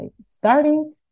starting